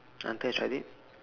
until I tried it